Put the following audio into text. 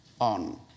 on